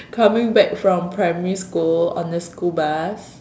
coming back from primary school on the school bus